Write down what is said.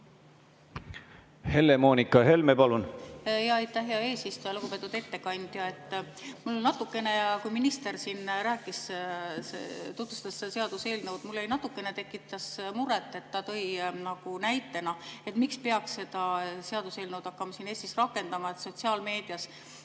Helle-Moonika Helme, palun!